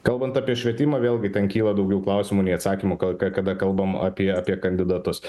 kalbant apie švietimą vėlgi ten kyla daugiau klausimų nei atsakymų ka kada kalbam apie apie kandidatus